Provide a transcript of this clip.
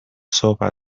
صبح